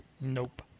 Nope